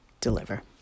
deliver